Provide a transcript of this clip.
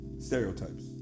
stereotypes